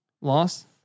Loss